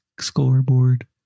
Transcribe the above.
Scoreboard